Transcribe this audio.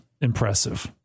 impressive